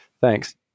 Thanks